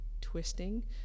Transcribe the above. twisting